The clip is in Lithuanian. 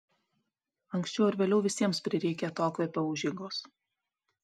anksčiau ar vėliau visiems prireikia atokvėpio užeigos